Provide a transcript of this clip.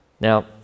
Now